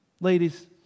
Ladies